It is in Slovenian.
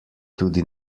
tudi